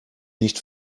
nicht